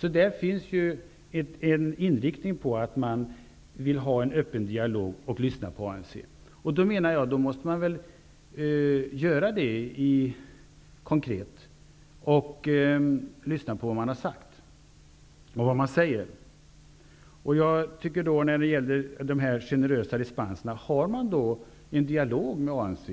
Där finns ju en inriktning att man vill ha en öppen dialog med och lyssna på ANC. Då måste man väl göra det konkret och lyssna på vad ANC säger. Har man innan man beviljar de här generösa dispenserna haft en sådan dialog med ANC